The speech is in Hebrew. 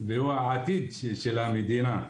והוא העתיד של המדינה.